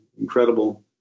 incredible